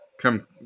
come